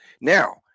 Now